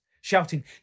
shouting